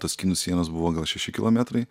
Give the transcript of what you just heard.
tos kinų sienos buvo gal šeši kilometrai